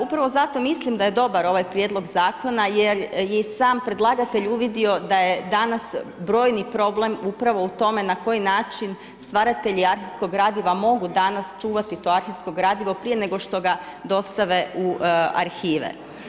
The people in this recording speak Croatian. Upravo zato mislim da je dobar ovaj prijedlog zakona jer je i sam predlagatelj uvidio da je danas brojni problem upravo u tome na koji način stvaratelji arhivskog gradiva mogu danas čuvati to arhivsko gradivo prije nego što ga dostave u arhive.